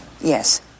Yes